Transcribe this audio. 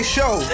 Show